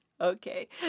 Okay